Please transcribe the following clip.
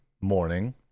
morning